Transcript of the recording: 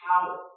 power